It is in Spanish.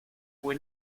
fue